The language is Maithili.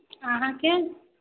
अहाँ कीं